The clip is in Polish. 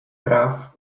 praw